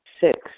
Six